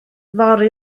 fory